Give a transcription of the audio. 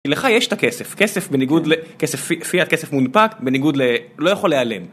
לך יש את הכסף, כסף בניגוד ל... כסף פיאט, כסף מונפק בניגוד ל... לא יכול להיעלם